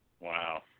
Wow